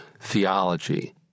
theology